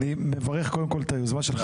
אני מברך קודם כול את היוזמה שלך,